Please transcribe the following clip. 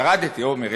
ירדתי, עמר.